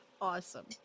Awesome